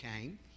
came